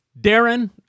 Darren